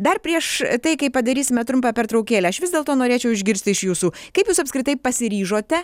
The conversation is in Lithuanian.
dar prieš tai kai padarysime trumpą pertraukėlę aš vis dėlto norėčiau išgirsti iš jūsų kaip jūs apskritai pasiryžote